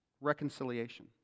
Reconciliation